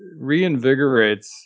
reinvigorates